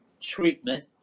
treatment